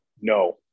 No